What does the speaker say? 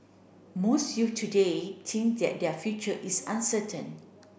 most youth today think that their future is uncertain